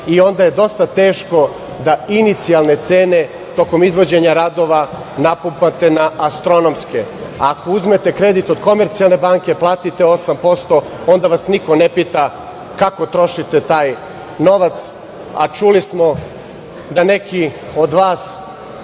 i onda je dosta teško da inicijalne cene tokom izvođenja radova napumpate na astronomske, a ako uzmete kredit od komercijalne banke, platite 8%, onda vas niko ne pita kako trošite taj novac, a čuli smo da neki od vas